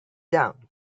down